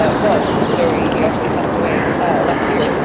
but was, very, he actually passed away last year,